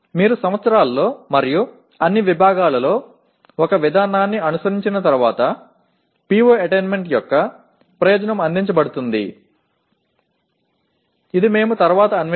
பல ஆண்டுகள் மற்றும் அனைத்து துறைகளிலும் நீங்கள் ஒரு செயல்முறையைப் பின்பற்றினால் PO அடைவதைக் கணக்கிடுவதன் நோக்கம் நிறைவேற்றப்பட்டு விடும் அதைப்பற்றி பின்னர் நாம் ஆராய்வோம்